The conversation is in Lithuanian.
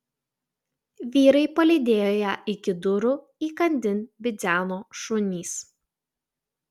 vyrai palydėjo ją iki durų įkandin bidzeno šunys